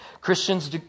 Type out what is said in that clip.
Christians